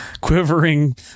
quivering